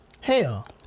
hell